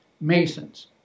masons